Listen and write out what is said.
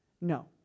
No